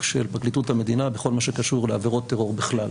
של פרקליטות המדינה בכל מה שקשור לעבירות טרור בכלל.